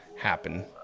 happen